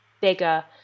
bigger